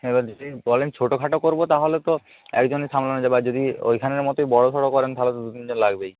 হ্যাঁ এবার যদি বলেন ছোটোখাটো করব তাহলে তো একজনেই সামলানো যাবে আর যদি ওইখানের মতোই বড় সড় করেন তাহলে তো দু তিনজন লাগবেই